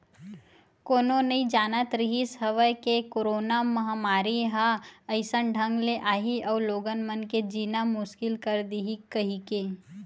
कोनो नइ जानत रिहिस हवय के करोना महामारी ह अइसन ढंग ले आही अउ लोगन मन के जीना मुसकिल कर दिही कहिके